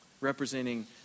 representing